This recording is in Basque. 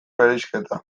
bereizketa